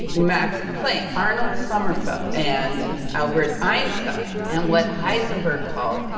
max planck, arnold sommerfeld and albert einstein. and what heisenberg called,